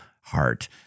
heart